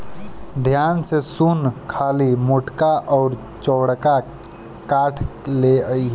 ध्यान से सुन खाली मोटका अउर चौड़का काठ ले अइहे